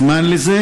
הזמן לזה,